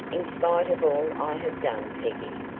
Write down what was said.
in spite of all i have done, peggy,